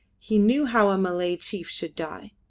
he knew how a malay chief should die.